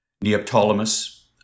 Neoptolemus